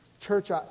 Church